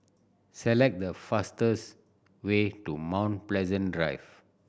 select the fastest way to Mount Pleasant Drive